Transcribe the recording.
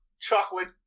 chocolate